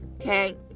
okay